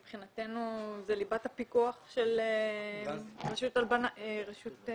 מבחינתנו זאת ליבת הפיקוח של רשות שוק